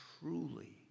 truly